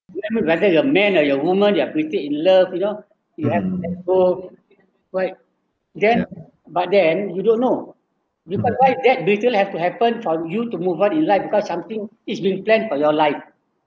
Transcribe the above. whether you're man or you're woman you are pretty in love you know you have to have hope [what] then but then but then you don't know because why that betrayed have to happen for you to move on in life because something is being planned for your life